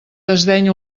desdeny